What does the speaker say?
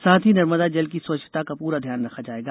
साथ ही नर्मदा जल की स्वच्छता का पूरा ध्यान रखा जाएगा